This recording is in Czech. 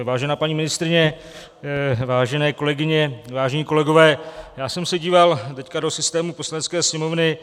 Vážená paní ministryně, vážené kolegyně, vážení kolegové, já jsem se díval teď do systému Poslanecké sněmovny.